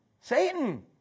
Satan